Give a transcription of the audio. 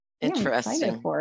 Interesting